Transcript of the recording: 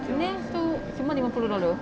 so semua lima puluh dollar